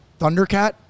Thundercat